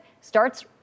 starts